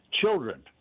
children